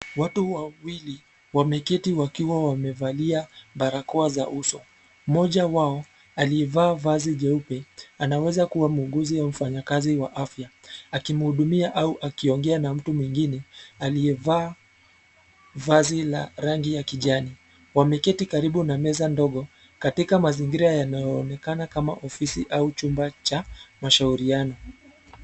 Watu wawili, wameketi wakiwa wamevalia, barakoa za uso, mmoja wao, aliyevaa vazi jeupe, anaweza kuwa muuguzi au mfanyakazi wa afya, akimhudumia au akiongea na mtu mwingine, aliyevaa, vazi la rangi ya kijani, wameketi karibu na meza ndogo, katika mazingira yanayoonekana kama ofisi au chumba cha, mashauriano.